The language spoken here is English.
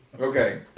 Okay